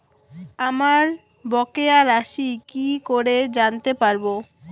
আমার বকেয়া রাশি কি করে জানতে পারবো?